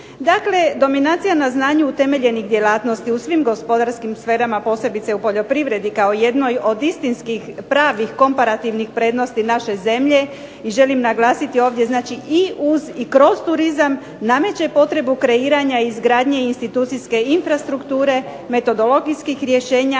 Dakle, dominacija na znanju utemeljenih djelatnosti u svim gospodarskim sferama, posebice u poljoprivredi kao jednoj od istinskih pravih komparativnih vrijednosti naše zemlje, želim naglasiti ovdje i kroz turizam nameće potrebu kreiranja izgradnje institucijske infrastrukture, metodologijskih rješenja,